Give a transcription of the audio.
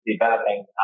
developing